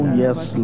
yes